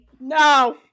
No